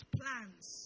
plans